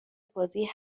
بازی